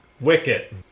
wicket